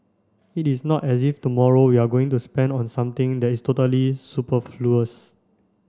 it is not as if tomorrow we are going to spend on something that is totally superfluous